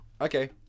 Okay